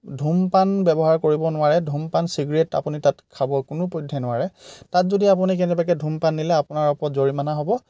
ধূমপান ব্যৱহাৰ কৰিব নোৱাৰে ধূমপান ছিগৰেট আপুনি তাত খাব কোনোপধ্যেই নোৱাৰে তাত যদি আপুনি কেনেবাকৈ ধূমপান নিলে আপোনাৰ ওপৰত জৰিমনা হ'ব